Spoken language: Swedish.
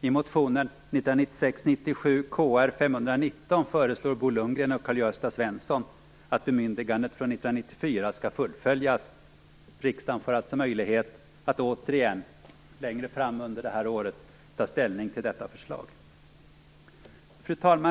I motionen 1996/97:Kr519 föreslår Bo Lundgren och Karl Gösta Svenson att bemyndigandet från 1994 skall fullföljas. Riksdagen får alltså möjlighet att återigen ta ställning till detta förslag längre fram under året. Fru talman!